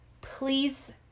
please